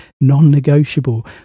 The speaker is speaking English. non-negotiable